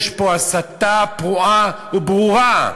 יש פה הסתה פרועה וברורה.